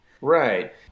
Right